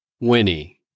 Winnie